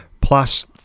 plus